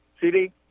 CD